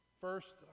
First